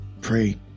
Pray